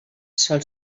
sol